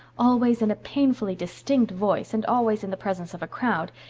always in a painfully distinct voice and always in the presence of a crowd,